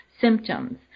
symptoms